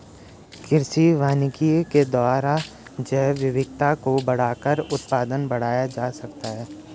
कृषि वानिकी के द्वारा जैवविविधता को बढ़ाकर उत्पादन बढ़ाया जा सकता है